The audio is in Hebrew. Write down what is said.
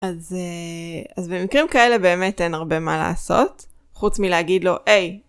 אז במקרים כאלה באמת אין הרבה מה לעשות, חוץ מלהגיד לו: היי!